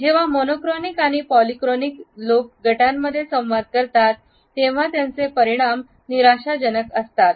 जेव्हा मोनोक्रॉनिक आणि पॉलीफोनिक लोक गटांमध्ये संवाद करतात तेव्हा त्याचे परिणाम निराशाजनक असतात